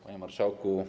Panie Marszałku!